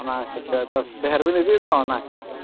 ᱚᱱᱟ ᱦᱤᱥᱟᱹᱵ ᱛᱮ ᱰᱷᱮᱹᱨ ᱵᱮᱱ ᱤᱫᱤᱭᱮᱜ ᱫᱚ ᱚᱱᱟ ᱦᱤᱥᱟᱹᱵ ᱛᱮ